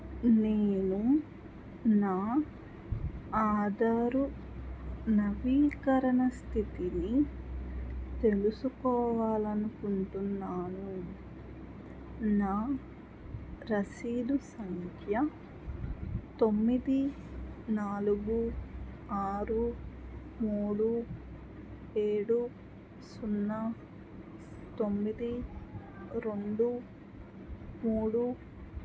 నేను నా ఆధారు నవీకరణ స్థితిని తెలుసుకోవాలి అనుకుంటున్నాను నా రసీదు సంఖ్య తొమ్మిది నాలుగు ఆరు మూడు ఏడు సున్నా తొమ్మిది రెండు మూడు